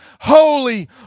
holy